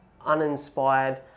uninspired